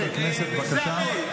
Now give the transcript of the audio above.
בצלאל,